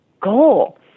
Goal